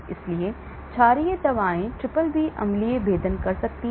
इसलिए क्षारीय दवाएं BBB अम्लीय भेदन कर सकती हैं